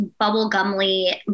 bubblegumly